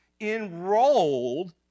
enrolled